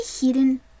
hidden